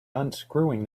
unscrewing